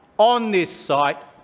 on this site,